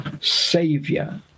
savior